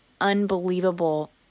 unbelievable